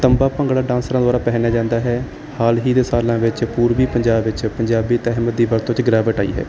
ਤੰਬਾ ਭੰਗੜਾ ਡਾਂਸਰਾ ਦੁਆਰਾ ਪਹਿਨਿਆ ਜਾਂਦਾ ਹੈ ਹਾਲ ਹੀ ਦੇ ਸਾਲਾਂ ਵਿੱਚ ਪੂਰਵੀ ਪੰਜਾਬ ਵਿੱਚ ਪੰਜਾਬੀ ਤਹਿਮਤ ਦੀ ਵਰਤੋਂ 'ਚ ਗਿਰਾਵਟ ਆਈ ਹੈ